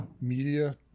media